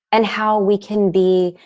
and how we can be,